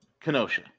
Kenosha